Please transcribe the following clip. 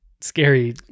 scary